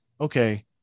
okay